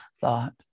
thought